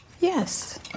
Yes